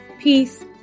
peace